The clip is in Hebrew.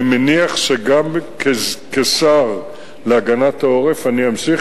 אני מניח שגם כשר להגנת העורף אני אמשיך